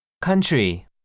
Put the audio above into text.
country